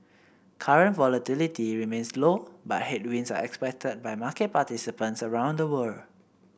current volatility remains low but headwinds are expected by market participants around the world